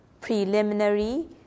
preliminary